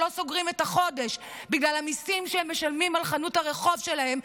שלא סוגרים את החודש בגלל המיסים שהם משלמים על חנות הרחוב שלהם,